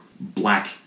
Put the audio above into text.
Black